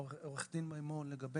עורכת הדין מימון שאלה לגבי